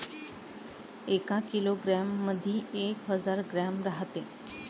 एका किलोग्रॅम मंधी एक हजार ग्रॅम रायते